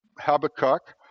Habakkuk